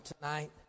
tonight